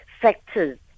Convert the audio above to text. factors